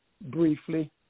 briefly